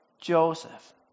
Joseph